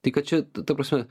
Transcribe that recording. tai kad čia ta prasme